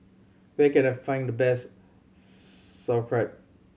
where can I find the best Sauerkraut